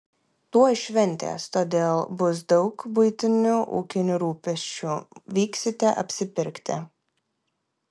tuoj šventės todėl bus daug buitinių ūkinių rūpesčių vyksite apsipirkti